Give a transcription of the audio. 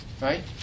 Right